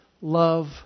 love